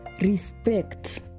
respect